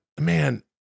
man